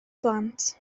blant